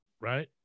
right